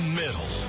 middle